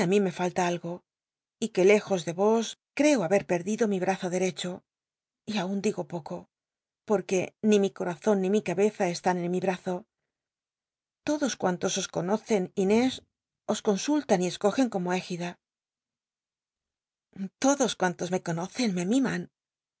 á mí me falla algo y que lejos de vos creo haber perdido mi brazo derecho y aun digo poco porque ni mi corazon ni mi cabeza están en mi brazo todos cuantos os conocen inés os consultan y escogen como égida todos cuantos me conocen me miman